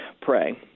pray